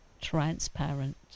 transparent